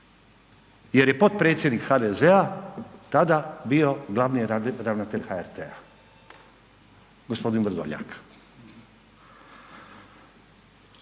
jer je potpredsjednik HDZ-a tada bio glavni ravnatelj HRT-a, gospodin Vrdoljak,